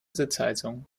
sitzheizung